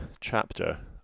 chapter